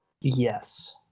Yes